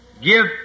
give